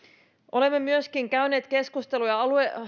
olemme myöskin käyneet